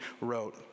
wrote